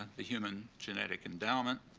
the human genetic endowment,